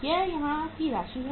यह यहां की राशि है